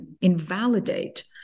invalidate